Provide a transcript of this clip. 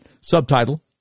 Subtitle